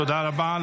תודה רבה.